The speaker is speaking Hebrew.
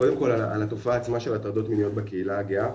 קודם כל על התופעה עצמה של הטרדות מיניות בקהילה הגאה,